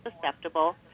susceptible